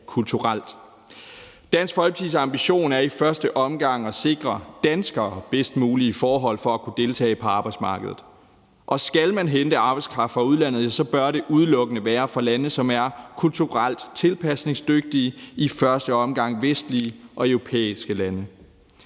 Dansk Folkepartis ambition er i første omgang at sikre danskere de bedst mulige forhold for at kunne deltage på arbejdsmarkedet, og skal man hente arbejdskraft fra udlandet, så bør det udelukkende være fra lande, som er kulturelt tilpasningsdygtige, altså i første omgang vestlige og europæiske lande.